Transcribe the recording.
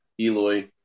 Eloy